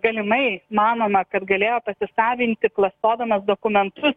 galimai manoma kad galėjo pasisavinti klastodamas dokumentus